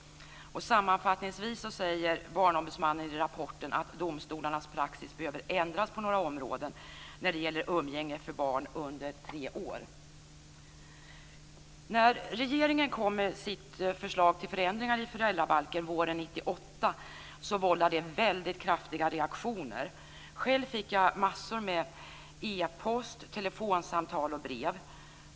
Sammanfattningsvis säger Barnombudsmannen i rapporten att domstolarnas praxis behöver ändras på några områden när det gäller umgänge för barn under tre år. När regeringen kom med sitt förslag till förändringar i föräldrabalken våren 1998 vållade det väldigt kraftiga reaktioner. Själv fick jag massor av e-post, telefonsamtal och brev.